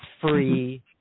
free